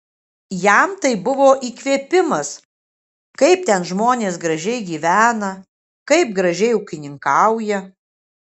jam tai buvo įkvėpimas kaip ten žmonės gražiai gyvena kaip gražiai ūkininkauja